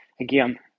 again